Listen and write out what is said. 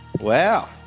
Wow